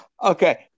Okay